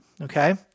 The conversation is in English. okay